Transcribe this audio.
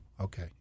okay